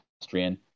Austrian